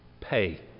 pay